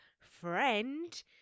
friend